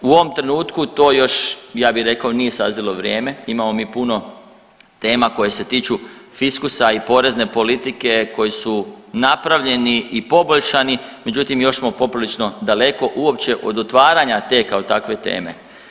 U ovom trenutku to još ja bi rekao nije sazrjelo vrijeme, imamo mi puno tema koje se tiču fiskusa i porezne politike koji su napravljeni i poboljšani međutim još smo poprilično daleko uopće od otvaranja te kao takve teme.